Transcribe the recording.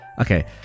okay